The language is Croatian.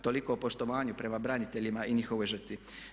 Toliko o poštovanju prema braniteljima i njihovoj žrtvi.